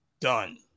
done